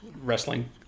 Wrestling